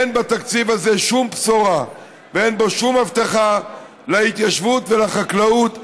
אין בתקציב הזה שום בשורה ואין בו שום הבטחה להתיישבות ולחקלאות.